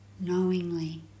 knowingly